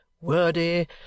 wordy